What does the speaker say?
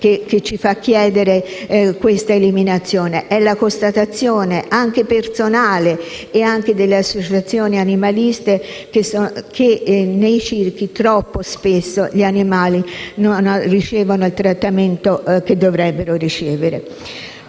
che ci fa chiedere questa eliminazione, ma la constatazione, anche personale ed anche da parte delle associazioni animaliste, che nei circhi troppo spesso gli animali non ricevano il trattamento che dovrebbero ricevere.